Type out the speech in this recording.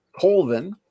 Colvin